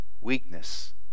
weakness